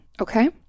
Okay